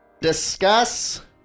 discuss